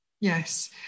Yes